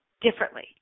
differently